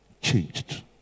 changed